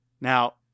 now